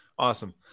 Awesome